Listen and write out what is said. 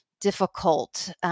difficult